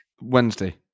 Wednesday